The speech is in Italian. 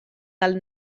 dal